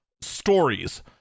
stories